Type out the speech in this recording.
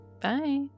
Bye